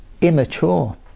immature